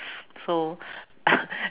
so